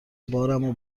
بارمو